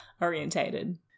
orientated